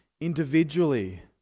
Individually